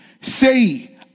Say